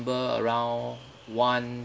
around one